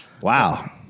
Wow